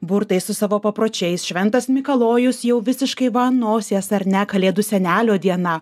burtais su savo papročiais šventas mikalojus jau visiškai va ant nosies ar ne kalėdų senelio diena